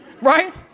Right